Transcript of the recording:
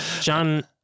John